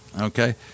okay